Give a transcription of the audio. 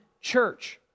church